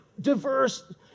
diverse